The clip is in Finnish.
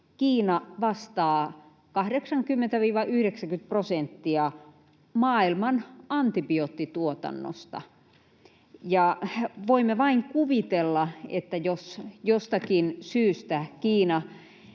vastaa 80—90 prosentista maailman antibioottituotannosta, ja voimme vain kuvitella, että jos jostakin syystä Kiina